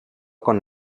con